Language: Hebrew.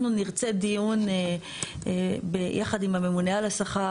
אנחנו נרצה דיון יחד עם הממונה על השכר,